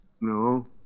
No